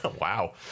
Wow